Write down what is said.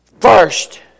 first